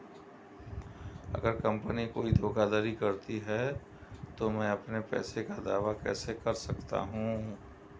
अगर कंपनी कोई धोखाधड़ी करती है तो मैं अपने पैसे का दावा कैसे कर सकता हूं?